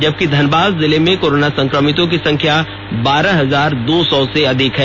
जबकि धनबाद जिले में कोरोना संक्रमितों की संख्या बारह हजार दो सौ से अधिक है